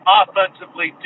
offensively